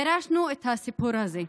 ירשנו את הסיפור הזה.